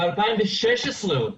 ב-2016 עוד,